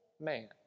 man